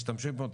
משתמשים פה,